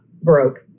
broke